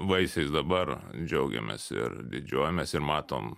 vaisiais dabar džiaugiamės ir didžiuojamės ir matom